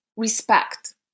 respect